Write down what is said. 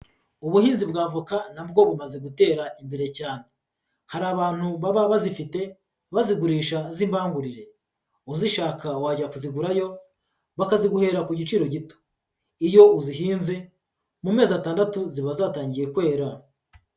Ubuhinzi bwa voka na bwo bumaze gutera imbere cyane, hari abantu baba bazifite bazigurisha z'imbangurire uzishaka wajya kuzigurayo bakaziguhera ku giciro gito, iyo uzihinze mu mezi atandatu ziba zatangiye kwera.